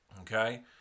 Okay